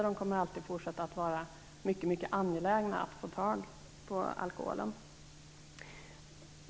De kommer också att fortsätta att vara mycket angelägna om att få tag på alkohol.